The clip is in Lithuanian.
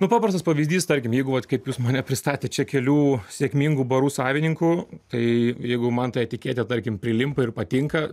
nu paprastas pavyzdys tarkim jeigu vat kaip jūs mane pristatėt čia kelių sėkmingų barų savininku tai jeigu man ta etiketė tarkim prilimpa ir patinka